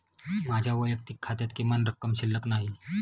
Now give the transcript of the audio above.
माझ्या वैयक्तिक खात्यात किमान रक्कम शिल्लक नाही